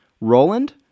Roland